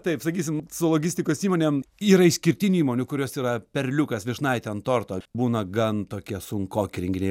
taip sakysim su logistikos įmonėm yra išskirtinių įmonių kurios yra perliukas vyšnaitė ant torto būna gan tokie sunkoki renginiai